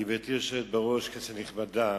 גברתי היושבת בראש, כנסת נכבדה,